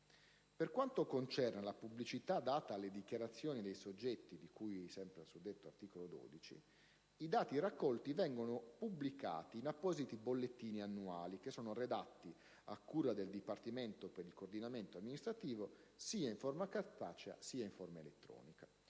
Per quanto concerne la pubblicità data alle dichiarazioni dei soggetti di cui al suddetto articolo 12, i dati raccolti sono pubblicati in appositi bollettini annuali redatti a cura del Dipartimento per il coordinamento amministrativo, sia in forma cartacea che in forma elettronica,